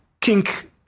kink